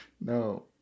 No